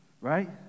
right